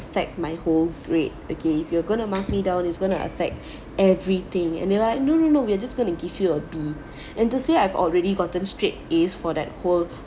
affect my whole grade okay if you're gonna mark me down is gonna affect everything and they like no no no we're just going to give you a B and to say I've already gotten straight A's for that whole